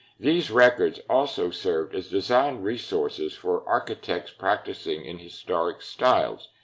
these records also served as design resources for architects practicing in historic styles,